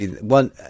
one